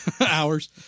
hours